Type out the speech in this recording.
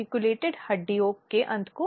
उसके बाद दस दिनों के भीतर